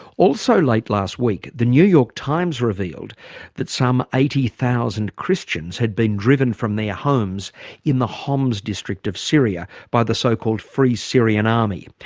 also late last week the new york times revealed that some eighty thousand christians had been driven from their homes in the homs district of syria by the so-called free syrian army.